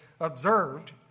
observed